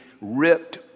ripped